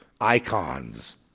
icons